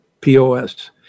POS